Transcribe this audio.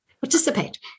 participate